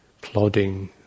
plodding